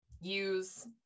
use